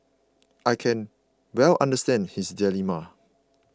I can well understand his dilemma